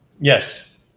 Yes